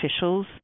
officials